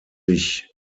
sich